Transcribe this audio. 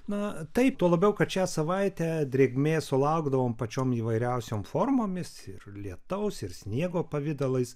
na taip tuo labiau kad šią savaitę drėgmės sulaukdavom pačiom įvairiausiom formomis ir lietaus ir sniego pavidalais